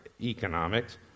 economics